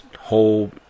whole